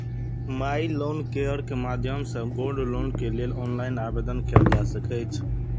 माइ loan care के माध्यम सं गोल्ड लोन के लेल ऑनलाइन आवेदन कैल जा सकै छै